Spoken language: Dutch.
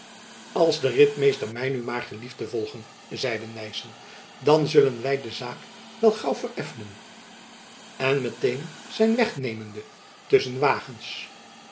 de ritmeester my nu maar gelieft te volgen zeide nyssen dan zullen wy de zaak wel gaauw vereffenen en meteen zijn weg nemende tusschen wagens